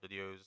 videos